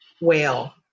whale